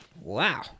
wow